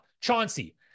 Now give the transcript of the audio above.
Chauncey